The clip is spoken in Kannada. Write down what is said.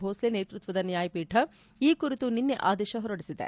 ಭೋಸ್ಲೆ ನೇತೃತ್ವದ ನ್ಯಾಯಪೀಠ ಈ ಕುರಿತು ನಿನ್ನೆ ಆದೇಶ ಹೊರಡಿಸಿದೆ